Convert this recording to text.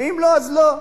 ואם לא, אז לא.